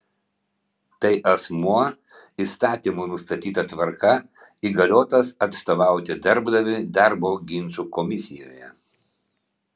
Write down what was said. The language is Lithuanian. tai asmuo įstatymų nustatyta tvarka įgaliotas atstovauti darbdaviui darbo ginčų komisijoje